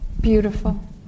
Beautiful